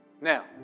Now